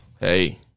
hey